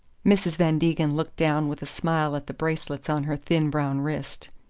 mrs. van degen looked down with a smile at the bracelets on her thin brown wrist.